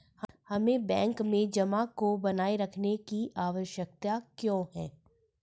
हमें बैंक में जमा को बनाए रखने की आवश्यकता क्यों है?